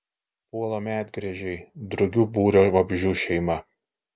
puola medgręžiai drugių būrio vabzdžių šeima